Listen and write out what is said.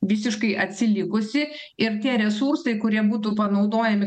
visiškai atsilikusi ir tie rezultatai kurie būtų panaudojami